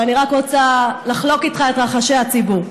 אני רק רוצה לחלוק איתך את רחשי הציבור.